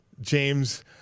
James